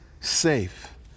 safe